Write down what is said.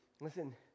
listen